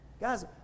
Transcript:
Guys